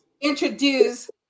introduce